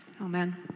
Amen